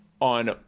on